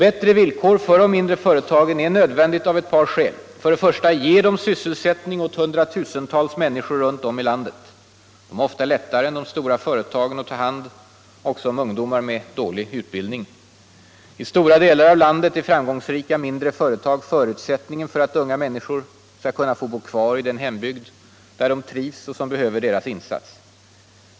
Bättre villkor för de mindre företagen är nödvändigt av ett par skäl: För det första ger de sysselsättning åt hundratusentals människor runt om i landet. De har ofta lättare än de stora företagen att ta hand om ungdomar med dålig utbildning. I stora delar av landet är framgångsrika mindre företag förutsättningen för att unga människor skall kunna få bo kvar i den hembygd där de trivs och som behöver deras insats.